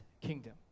kingdom